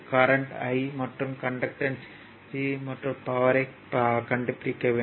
current I மற்றும் conductance G மற்றும் பவர்யைக் P கண்டுபிடிக்க வேண்டும்